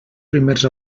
primers